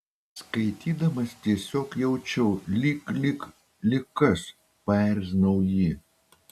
skaitydamas tiesiog jaučiau lyg lyg lyg kas paerzinau jį